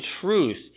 truth